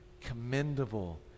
commendable